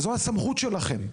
זו הסמכות שלכם.